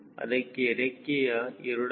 ಅದಕ್ಕೆ ರೆಕ್ಕೆಯ a